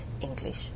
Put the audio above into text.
English